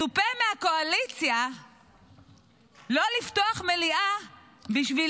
מצופה מהקואליציה לא לפתוח מליאה בשביל